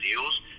deals